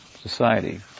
Society